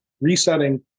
resetting